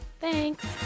Thanks